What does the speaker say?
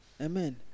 Amen